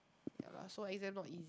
ya lah so exam not easy